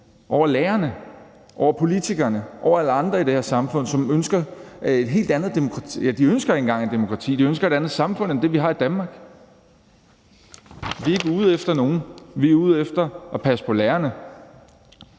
over lærerne, over politikerne og alle andre i det her samfund, og som ønsker et helt andet demokrati. Ja, de ønsker ikke engang et demokrati, de ønsker et andet samfund end det, vi har i Danmark. Vi er ikke ude efter nogen. Vi er ude efter at passe på lærerne.